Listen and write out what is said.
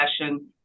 session